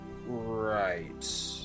Right